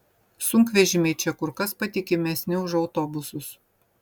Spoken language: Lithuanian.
sunkvežimiai čia kur kas patikimesni už autobusus